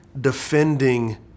defending